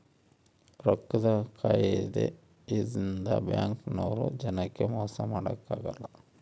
ರೊಕ್ಕದ್ ಕಾಯಿದೆ ಇಂದ ಬ್ಯಾಂಕ್ ನವ್ರು ಜನಕ್ ಮೊಸ ಮಾಡಕ ಅಗಲ್ಲ